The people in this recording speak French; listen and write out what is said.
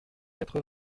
quatre